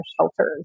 shelters